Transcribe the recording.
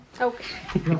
Okay